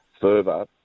further